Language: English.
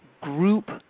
group